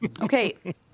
Okay